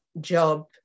job